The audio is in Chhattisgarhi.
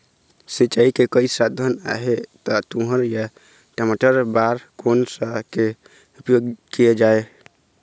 सिचाई के कई साधन आहे ता तुंहर या टमाटर बार कोन सा के उपयोग किए जाए?